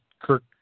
Kirk